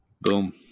Boom